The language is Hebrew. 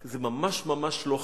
זה ממש ממש לא חשוב.